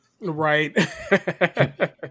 Right